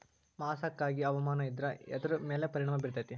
ಮಸಕಾಗಿ ಹವಾಮಾನ ಇದ್ರ ಎದ್ರ ಮೇಲೆ ಪರಿಣಾಮ ಬಿರತೇತಿ?